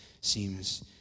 seems